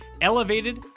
elevated